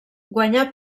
guanyà